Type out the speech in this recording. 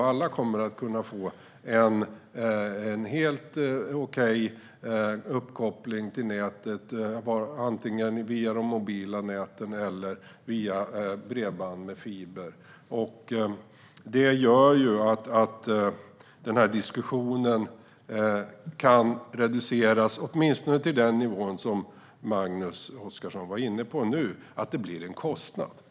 Alla kommer att kunna få en helt okej uppkoppling till nätet, antingen via de mobila näten eller via bredband med fiber. Det gör att denna diskussion kan reduceras åtminstone till den nivå som Magnus Oscarsson var inne på nu, nämligen att det blir en kostnad.